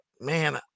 man